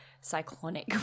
cyclonic